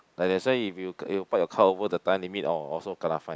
like I say if you you park your car over the time limit orh also kena fine